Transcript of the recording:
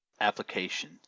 application